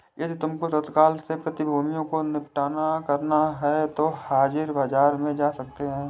यदि तुमको तत्काल में प्रतिभूतियों को निपटान करना है तो हाजिर बाजार में जा सकते हो